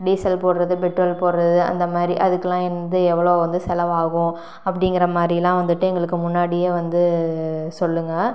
diesel போடுறது petrol போடுறது அந்த மாதிரி அதுக்கெல்லாம் வந்து எவ்வளோ வந்து செலவாகும் அப்படிங்குற மாதிரி எல்லாம் வந்துட்டு எங்களுக்கு முன்னாடியே வந்து சொல்லுங்கள்